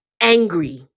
angry